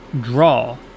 draw